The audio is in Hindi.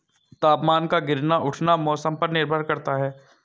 तापमान का गिरना उठना मौसम पर निर्भर करता है